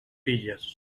filles